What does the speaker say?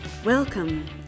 Welcome